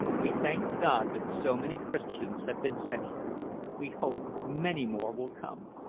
we thank god that so many christians have been sent here we hope many more will come.